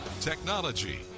Technology